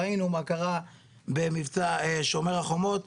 ראינו מה קרה במבצע "שומר החומות",